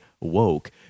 woke